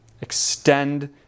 Extend